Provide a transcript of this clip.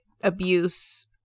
abuse